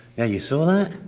yeah you saw that?